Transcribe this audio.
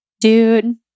dude